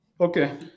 okay